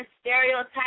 stereotypes